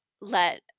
let